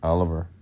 Oliver